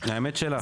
האמת שלך.